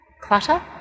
clutter